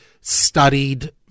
studied